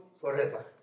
forever